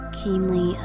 keenly